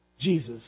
Jesus